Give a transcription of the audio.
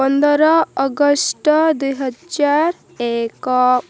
ପନ୍ଦର ଅଗଷ୍ଟ ଦୁଇ ହଜାର ଏକ